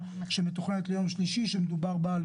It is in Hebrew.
אבקש מחבר הכנסת טופורובסקי להציג את העניין,